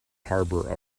harbor